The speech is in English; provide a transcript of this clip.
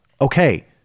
Okay